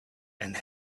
and